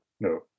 No